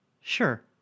Sure